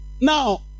Now